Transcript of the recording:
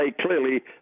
clearly